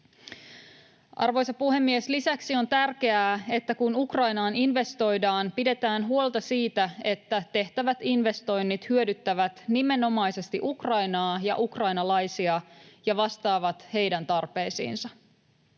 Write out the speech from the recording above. Arvoisa puhemies! Lisäksi on tärkeää, että kun Ukrainaan investoidaan, pidetään huolta siitä, että tehtävät investoinnit hyödyttävät nimenomaisesti Ukrainaa ja ukrainalaisia ja vastaavat heidän tarpeisiinsa.